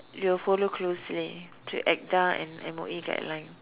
they will follow closely to Acta and M_O_E guideline